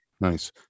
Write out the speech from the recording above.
Nice